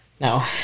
No